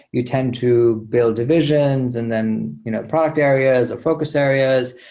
you tend to build divisions and then you know product areas, or focus areas,